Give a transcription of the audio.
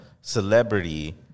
celebrity